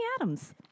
Adams